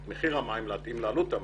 את מחיר המים להתאים לעלות המים.